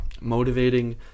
motivating